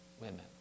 women